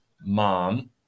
mom